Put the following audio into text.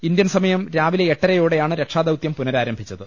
Indian സമയം രാവിലെ എട്ടരയോടെയാണ് രക്ഷാദൌത്യം പുനരാരംഭിച്ചത്